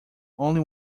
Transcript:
only